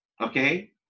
okay